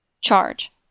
Charge